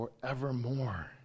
forevermore